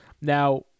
Now